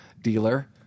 dealer